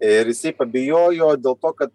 ir pabijojo dėl to kad